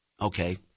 Okay